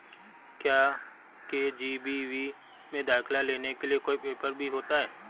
क्या के.जी.बी.वी में दाखिला लेने के लिए कोई पेपर भी होता है?